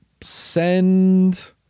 send